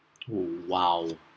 oh !wow!